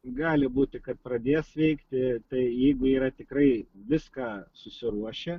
gali būti kad pradės veikti tai jeigu yra tikrai viską susiruošę